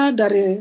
dari